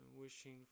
Wishing